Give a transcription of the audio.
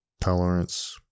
tolerance